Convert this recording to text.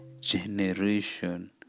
generation